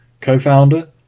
co-founder